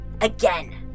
again